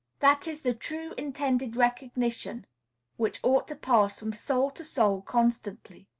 that is the true, intended recognition which ought to pass from soul to soul constantly.